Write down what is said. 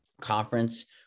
conference